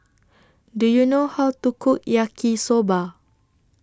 Do YOU know How to Cook Yaki Soba